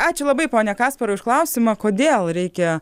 ačiū labai pone kasparai už klausimą kodėl reikia